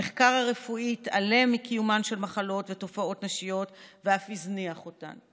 המחקר הרפואי התעלם מקיומן של מחלות ותופעות נשיות ואף הזניח אותן.